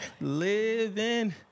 Living